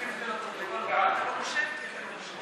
לוועדת החוקה, חוק ומשפט נתקבלה.